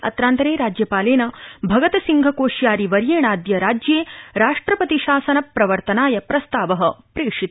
अत्रान्तरे राज्यपालेन भगतसिंह कोश्यारीवर्येणाद्य राज्ये राष्ट्रपति शासन प्रवर्तनाय प्रस्ताव प्रेषित